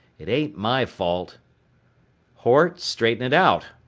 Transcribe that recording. it ain't my fault hort, straighten it out.